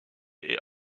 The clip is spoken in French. est